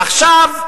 עכשיו,